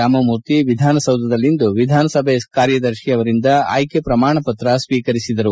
ರಾಮಮೂರ್ತಿ ವಿಧಾನಸೌಧದಲ್ಲಿಂದು ವಿಧಾನಸಭೆ ಕಾರ್ಯದರ್ಶಿ ಅವರಿಂದ ಆಯ್ಕೆ ಪ್ರಮಾಣ ಪತ್ರ ಸ್ವೀಕರಿಸಿದರು